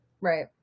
Right